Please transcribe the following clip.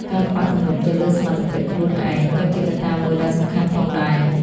ការខ្វះទំនុកចិត្តលើសមត្ថភាពខ្លួនឯងក៏ជាកត្តាមួយដ៏សំខាន់ផងដែរ។